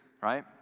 right